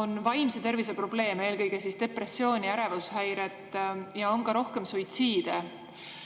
on vaimse tervise probleeme, eelkõige depressiooni ja ärevushäiret, ja on ka rohkem suitsiide.